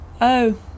Oh